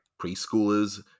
preschoolers